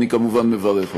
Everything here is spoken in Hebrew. אני כמובן מברך אותם.